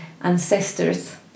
ancestors